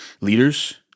leaders